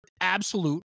absolute